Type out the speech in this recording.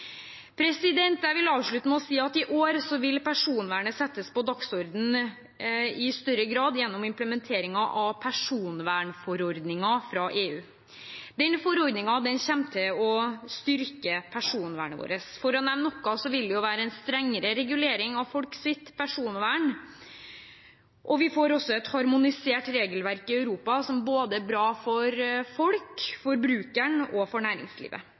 Jeg vil avslutte med å si at i år vil personvernet settes på dagsordenen i større grad gjennom implementeringen av personvernforordningen fra EU. Denne forordningen kommer til å styrke personvernet vårt. For å nevne noe vil det være en strengere regulering av folks personvern, og vi får også et harmonisert regelverk i Europa som er bra både for folk, for forbrukeren og for næringslivet.